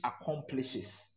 accomplishes